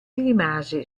rimase